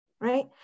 right